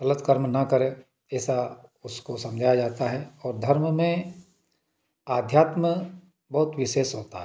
गलत कर्म न करे ऐसा उसको समझाया जाता है और धर्म में अध्यात्म बहुत विशेष होता है